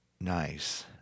Nice